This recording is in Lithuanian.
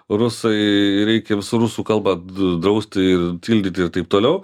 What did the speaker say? rusai reikia visų rusų kalba drausti ir tildyti ir taip toliau